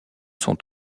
sont